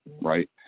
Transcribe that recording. right